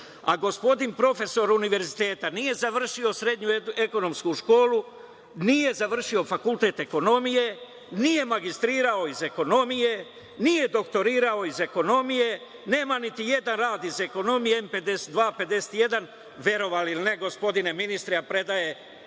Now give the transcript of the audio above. a gospodin profesor univerziteta nije završio srednju ekonomsku školu, nije završio fakultet ekonomije, nije magistrirao iz ekonomije, nije doktorirao iz ekonomije, nema niti jedan rad iz ekonomije M52, 51. Verovali ili ne, gospodine ministre, a predaje